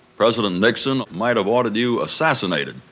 president nixon might have ordered you assassinated,